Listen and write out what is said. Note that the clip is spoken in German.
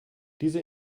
diese